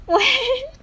what